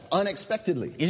unexpectedly